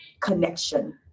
connection